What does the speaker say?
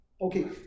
Okay